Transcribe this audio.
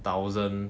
thousand